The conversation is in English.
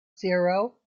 zero